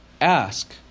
ask